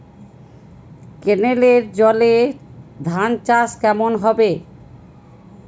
কেনেলের জলে ধানচাষ কেমন হবে?